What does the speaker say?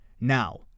Now